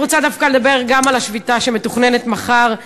אני רוצה דווקא לדבר גם על השביתה שמתוכננת למחר,